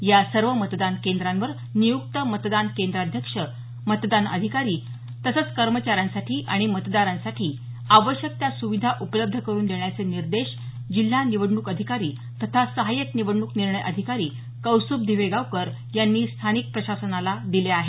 या सर्व मतदान केंद्रावर नियुक्त मतदान केंद्राध्यक्ष मतदान अधिकारी तसंच कर्मचाऱ्यांसाठी आणि मतदारांसाठी आवश्यक त्या सुविधा उपलब्ध करुन देण्याचे निर्देश जिल्हा निवडणूक अधिकारी तथा सहायक निवडणूक निर्णय अधिकारी कौस्तुभ दिवेगावकर यांनी स्थानिक प्रशासनाला दिले आहेत